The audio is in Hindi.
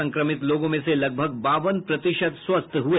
संक्रमित लोगों में से लगभग बावन प्रतिशत स्वस्थ हुए